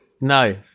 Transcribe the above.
No